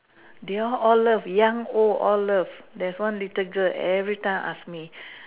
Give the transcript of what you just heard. they all all love young old all love there's one little girl every time ask me